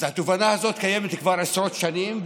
אז התובנה הזאת קיימת כבר עשרות שנים,